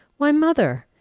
why, mother!